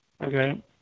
Okay